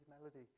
melody